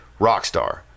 Rockstar